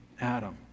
adam